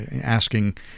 asking